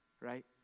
right